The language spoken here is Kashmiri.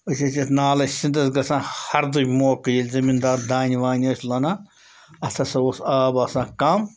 أسۍ ٲسۍ یَتھ نالَے سِنٛدَس گژھان ہَردُے موقعہٕ ییٚلہِ زٔمیٖندار دانہِ وانہِ ٲسۍ لونان اَتھ ہسا اوس آب آسان کَم